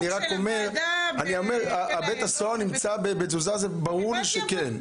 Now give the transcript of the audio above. זה שבית הסוהר נמצא בתזוזה, זה ברור לי שכן.